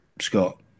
Scott